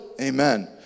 amen